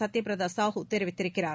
சத்பபிரதா சாஹூ தெரிவித்திருக்கிறார்